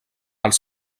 els